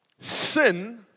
Sin